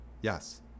Yes